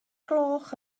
gloch